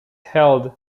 held